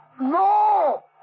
No